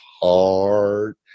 heart